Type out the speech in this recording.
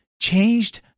changed